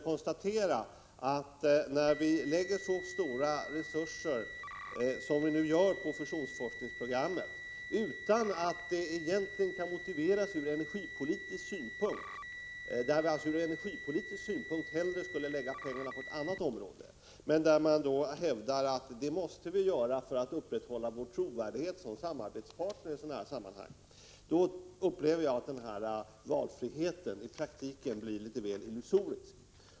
Men när vi anslår så stora resurser till fusionsforskningsprogrammet som vi nu gör, utan att detta egentligen kan motiveras från energipolitisk synpunkt, då upplever jag att valfriheten i praktiken blir litet väl illusorisk.